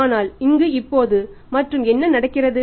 ஆனால் அங்கு இப்போது மற்றும் என்ன நடக்கிறது